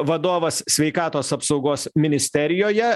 vadovas sveikatos apsaugos ministerijoje